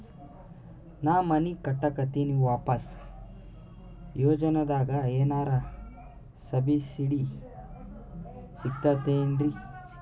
ನಾ ಮನಿ ಕಟಕತಿನಿ ಆವಾಸ್ ಯೋಜನದಾಗ ಏನರ ಸಬ್ಸಿಡಿ ಸಿಗ್ತದೇನ್ರಿ?